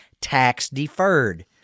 tax-deferred